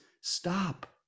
stop